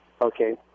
Okay